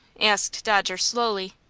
asked dodger, slowly.